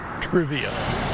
trivia